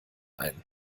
ein